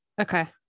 Okay